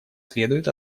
следует